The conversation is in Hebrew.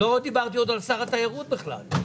אני לא דיברתי עוד על שר התיירות בכלל.